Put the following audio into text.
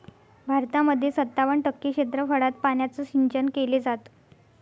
भारतामध्ये सत्तावन्न टक्के क्षेत्रफळात पाण्याचं सिंचन केले जात